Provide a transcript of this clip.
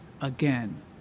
again